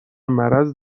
مرض